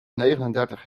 negenendertig